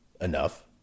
enough